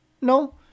No